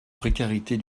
précarité